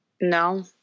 No